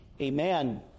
Amen